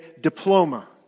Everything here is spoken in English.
diploma